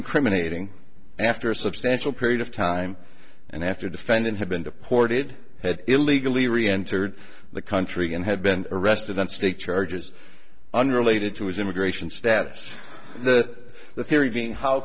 incriminating after a substantial period of time and after defendant had been deported had illegally re entered the country and had been arrested on state charges unrelated to his immigration status the theory being how